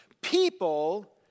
people